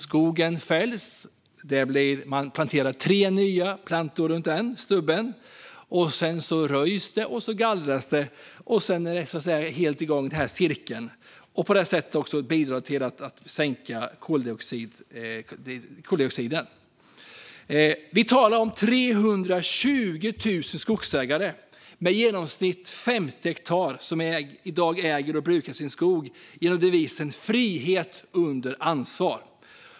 Skogen fälls, man sätter tre nya plantor runt stubben och det röjs och gallras. Cirkeln är igång. Detta bidrar också till att sänka koldioxidhalten. I dag har vi 320 000 skogsägare med i genomsnitt 50 hektar som äger och brukar sin skog enligt devisen frihet under ansvar.